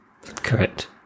Correct